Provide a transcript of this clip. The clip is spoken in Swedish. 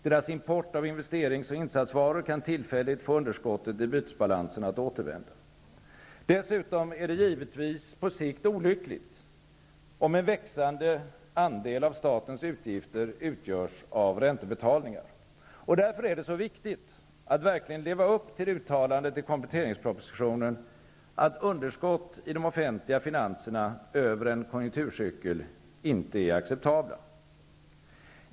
Deras import av investerings och insatsvaror kan tillfälligt få underskottet i bytesbalansen att återvända. Dessutom är det givetvis på sikt olyckligt om en växande andel av statens utgifter utgörs av räntebetalningar. Därför är det så viktigt att verkligen leva upp till uttalandet i kompletteringspropositionen, att underskott i de offentliga finanserna över en konjunkturcykel inte är acceptabla.